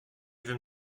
wiem